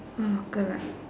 oh good luck